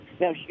now